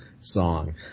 song